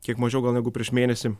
kiek mažiau gal negu prieš mėnesį